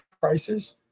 prices